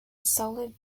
solid